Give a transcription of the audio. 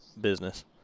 business